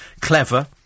clever